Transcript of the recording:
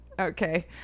okay